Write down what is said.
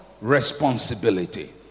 responsibility